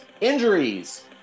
injuries